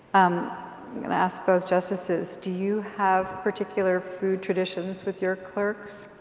i'm going to ask both justices, do you have particular food traditions with your clerks?